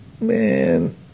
man